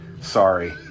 sorry